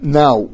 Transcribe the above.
now